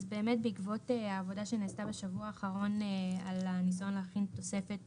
אז באמת בעקבות העבודה שנעשתה בשבוע האחרון על הניסיון להכין תוספת